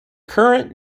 current